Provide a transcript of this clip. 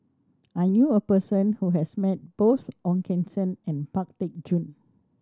I knew a person who has met both Ong Keng Sen and Pang Teck Joon